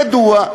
ידוע,